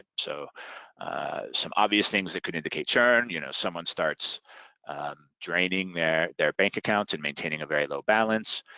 so some obvious things that could indicate churn, you know someone starts draining their their bank account and maintaining a very low balance.